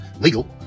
legal